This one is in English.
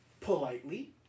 politely